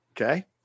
Okay